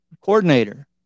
coordinator